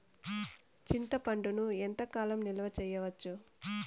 చింతపండును ఎంత కాలం నిలువ చేయవచ్చు?